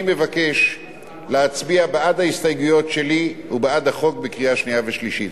אני מבקש להצביע בעד ההסתייגויות שלי ובעד החוק בקריאה שנייה ושלישית.